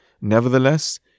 Nevertheless